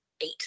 eight